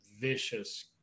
vicious